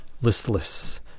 listless